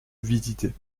visité